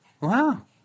Wow